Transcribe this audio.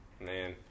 man